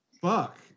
Fuck